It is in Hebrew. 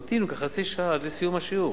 המתינו כחצי שעה עד לסיום השיעור."